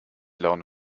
laune